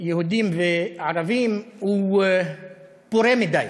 יהודים וערבים הוא פורה מדי.